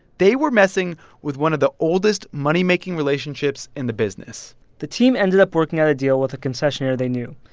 they were messing with one of the oldest moneymaking relationships in the business the team ended up working out a deal with a concessionaire they knew.